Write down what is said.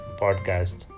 podcast